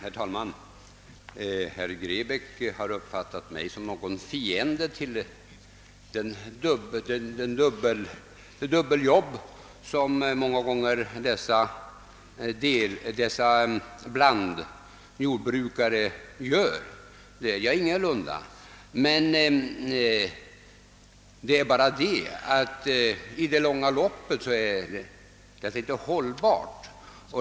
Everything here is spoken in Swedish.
Herr talman! Herr Grebäck har uppfattat mig som fiende till det dubbelarbete som blandjordbrukarna många gånger har. Det är jag ingalunda. Det är bara det att deras situation i det långa loppet inte är hållbar.